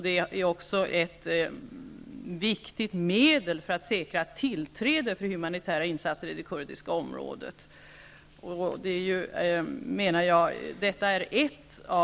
De utgör också ett viktigt medel för att säkra tillträde till humanitära insatser i det kurdiska området. Det är alltså ett sätt.